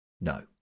No